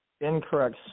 incorrect